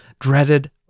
dreaded